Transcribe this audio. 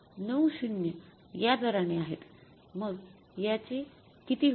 ९० या दराने आहेत मग याचे किती होता